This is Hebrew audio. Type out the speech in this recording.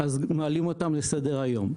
מעלים אותם לסדר-היום.